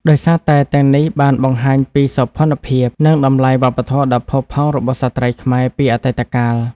ដោយសារតែទាំងនេះបានបង្ហាញពីសោភ័ណភាព និងតម្លៃវប្បធម៌ដ៏ផូរផង់របស់ស្ត្រីខ្មែរពីអតីតកាល។